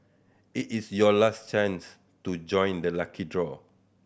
it is your last chance to join the lucky draw